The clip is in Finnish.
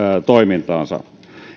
toimintaansa